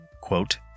quote